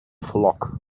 flock